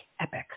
epic